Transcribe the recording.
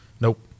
Nope